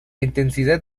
intensidad